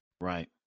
Right